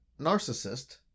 narcissist